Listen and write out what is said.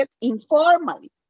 informally